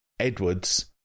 Edwards